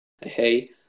Hey